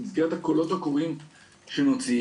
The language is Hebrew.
במסגרת הקולות הקוראים שנוציא,